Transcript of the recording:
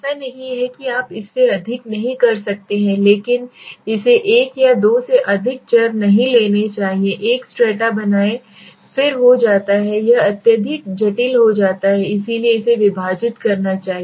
ऐसा नहीं है कि आप इससे अधिक नहीं कर सकते हैं लेकिन इसे एक या दो से अधिक चर नहीं लेने चाहिए एक स्ट्रैटा बनाएं फिर जो होता है वह अत्यधिक जटिल हो जाता है इसलिए इसे विभाजित करना चाहिए